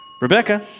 Rebecca